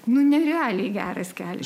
nu nerealiai geras kelias